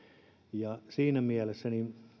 ja siinä mielessä